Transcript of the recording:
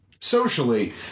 Socially